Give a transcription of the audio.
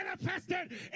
manifested